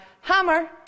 hammer